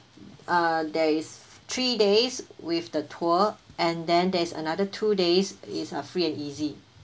uh there is three days with the tour and then there is another two days is a free and easy